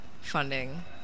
funding